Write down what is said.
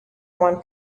one